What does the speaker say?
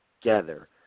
together